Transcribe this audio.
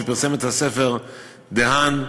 שפרסם את הספר "דה-האן,